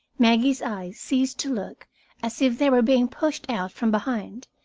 maggie's eyes ceased to look as if they were being pushed out from behind,